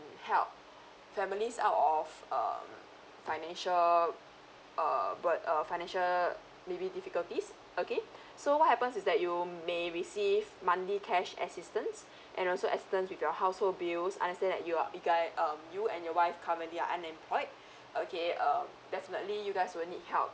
help families out of um financial uh bur~ uh financial maybe difficulties okay so what happens is that you may receive monthly cash assistance and also assistance with your household bills understand that you are you guys um you and your wife currently are unemployed okay um definitely you guys will need help